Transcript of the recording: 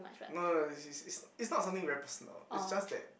no no no is is is is not something very personal it's just that